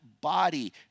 body